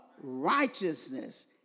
Righteousness